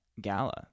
Gala